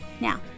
Now